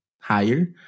higher